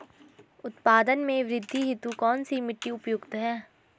उत्पादन में वृद्धि हेतु कौन सी मिट्टी उपयुक्त है?